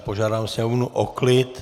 Požádám sněmovnu o klid.